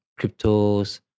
cryptos